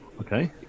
Okay